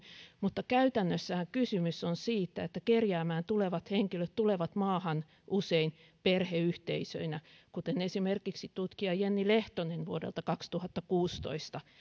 mutta käytännössähän kysymys on siitä että kerjäämään tulevat henkilöt tulevat maahan usein perheyhteisöinä kuten esimerkiksi tutkija jenni lehtonen vuodelta kaksituhattakuusitoista